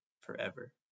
forever